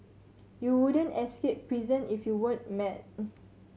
you wouldn't escape prison if you weren't mad